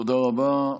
תודה רבה.